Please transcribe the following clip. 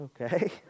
okay